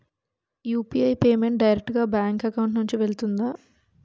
UPI payment direct గా bank account నుంచి వెళ్తుందా?